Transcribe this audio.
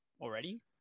already